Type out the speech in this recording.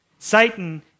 Satan